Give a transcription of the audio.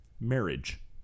Marriage